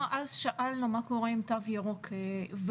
אנחנו אז שאלנו מה קורה עם תו ירוק בהתקהלות.